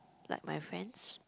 like my friends